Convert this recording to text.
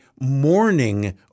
mourning